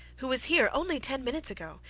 who was here only ten minutes ago,